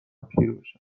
پیربشن